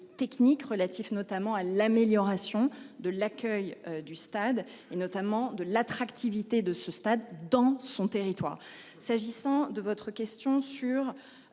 relatifs notamment à l'amélioration de l'accueil du stade et notamment de l'attractivité de ce stade dans son territoire s'agissant de votre question sur.